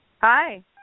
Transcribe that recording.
Hi